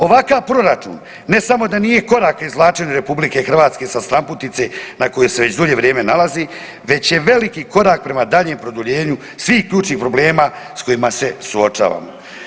Ovakav proračun ne samo da nije korak izvlačenju RH sa stranputice na kojoj se već dulje vrijeme nalazi, već je veliki korak prema daljnjem produljenju svih ključnih problema s kojima se suočavamo.